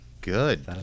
Good